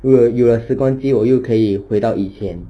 有了有了时光机我又可以回到以前